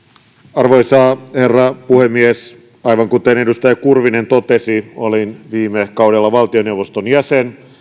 arvoisa herra puhemies aivan kuten edustaja kurvinen totesi olin viime kaudella valtioneuvoston jäsen